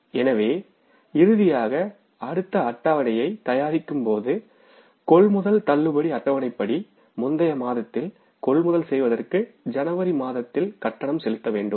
எனவே இறுதியாக அடுத்த அட்டவணையைத் தயாரிக்கும் போது கொள்முதல் தள்ளுபடி அட்டவணைப்படிமுந்தைய மாதத்தில் கொள்முதல் செய்ததற்கு ஜனவரி மாதத்தில் கட்டணம் செலுத்த வேண்டும்